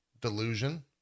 delusion